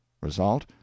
Result